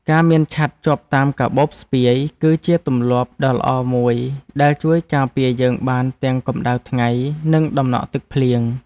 ការមានឆ័ត្រជាប់តាមកាបូបស្ពាយ គឺជាទម្លាប់ដ៏ល្អមួយដែលជួយការពារយើងបានទាំងកម្តៅថ្ងៃនិងតំណក់ទឹកភ្លៀង។